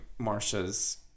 Marsha's